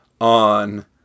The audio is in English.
on